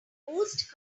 most